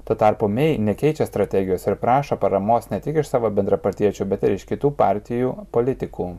tuo tarpu mei nekeičia strategijos ir prašo paramos ne tik iš savo bendrapartiečių bet ir iš kitų partijų politikų